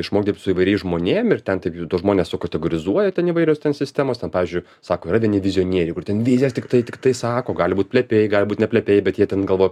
išmokt dirbt su įvairiais žmonėm ir ten taip tuos žmones sukategorizuoja ten įvairios ten sistemos ten pavyzdžiui sako yra vieni vizionieriai kur ten vizijas tiktai tiktai sako gali būt plepiai gali būt ne plepiai bet jie ten galvo